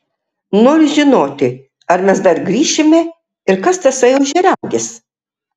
noriu žinoti ar mes dar grįšime ir kas tasai ožiaragis